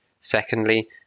Secondly